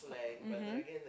mmhmm